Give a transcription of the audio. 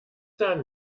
dahin